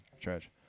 Trash